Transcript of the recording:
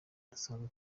dusanzwe